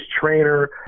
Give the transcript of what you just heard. trainer